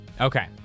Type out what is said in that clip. okay